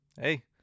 Hey